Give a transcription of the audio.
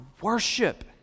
worship